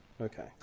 Okay